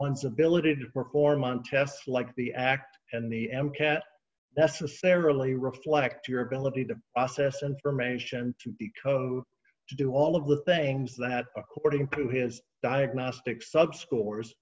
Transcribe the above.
one's ability to perform on tests like the act and the m cas necessarily reflect your ability to process information to code to do all of the things that according to his diagnostic sub scores